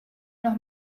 noch